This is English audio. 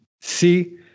See